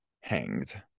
Hanged